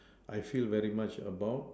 I feel very much about